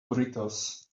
burritos